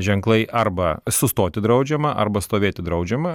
ženklai arba sustoti draudžiama arba stovėti draudžiama